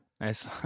Nice